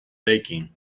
aching